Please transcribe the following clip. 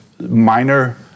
minor